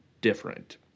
different